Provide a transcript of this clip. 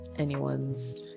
anyone's